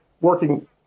working